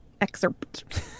Excerpt